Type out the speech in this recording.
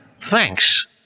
Thanks